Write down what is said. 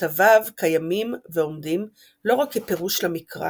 כתביו קיימים ועומדים לא רק כפירוש למקרא